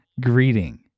greeting